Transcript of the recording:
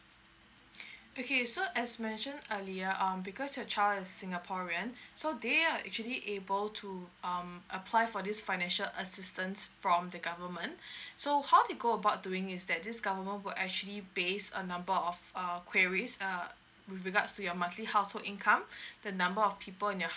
okay so as mentioned earlier um because your child is singaporean so they are actually able to um apply for this financial assistance from the government so how they go about doing is that this government will actually base a number of err queries err with regards to your monthly household income the number of people in your